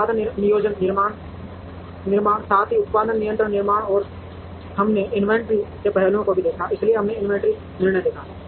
उत्पादन नियोजन निर्णय साथ ही उत्पादन नियंत्रण निर्णय और हमने इन्वेंट्री के पहलुओं को देखा है इसलिए हमने इन्वेंट्री निर्णय देखा है